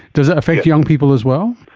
does it affect young people as well?